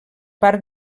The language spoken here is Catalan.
part